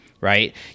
right